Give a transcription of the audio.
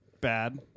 bad